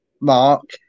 Mark